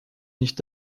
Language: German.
nicht